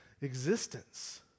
existence